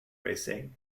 racing